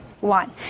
one